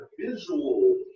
visual